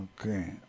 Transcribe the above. Okay